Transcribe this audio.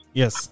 yes